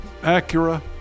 Acura